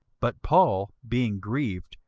but paul, being grieved,